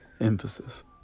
emphasis